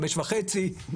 5,500,